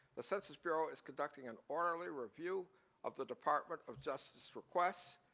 the census bureau is conduct ing an orderly review of the department of justice's request.